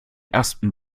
ersten